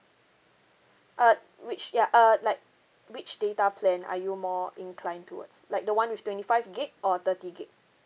uh which ya uh like which data plan are you more inclined towards like the one with twenty five gig or thirty gig